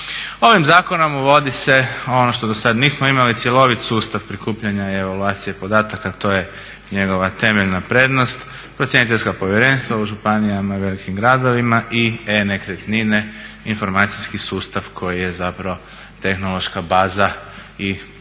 Ovim zakonom uvodi se ono što do sada nismo imali cjelovit sustav prikupljanja evaluacije podataka to je njegova temeljna prednost, procjeniteljska povjerenstva u županijama, velikim gradovima i E-nekretnine informacijski sustav koji je tehnološka baza i uvjet